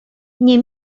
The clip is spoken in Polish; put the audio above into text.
nie